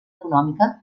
econòmica